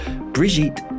Brigitte